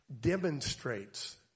demonstrates